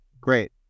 Great